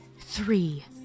Three